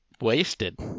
wasted